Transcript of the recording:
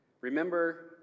Remember